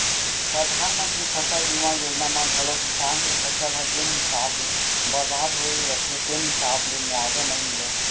परधानमंतरी फसल बीमा योजना म घलौ किसान के फसल ह जेन हिसाब ले बरबाद होय रथे तेन हिसाब ले मुवावजा नइ मिलय